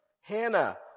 Hannah